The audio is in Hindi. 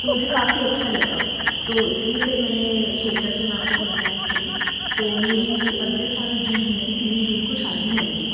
तो मुझे काफ़ी अच्छा लगा तो इसलिए फिर मैंने सोचा कि मैं आपको कॉन्टैक्ट करूँ तो मेरी अगले साल जून में तीन जून को शादी है मेरी